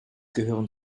gehören